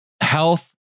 health